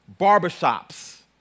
Barbershops